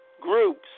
groups